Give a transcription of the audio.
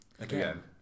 Again